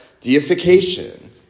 deification